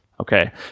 Okay